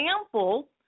example